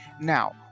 Now